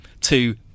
two